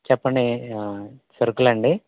చెప్పండి ఏ సరుకులండి